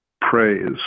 praise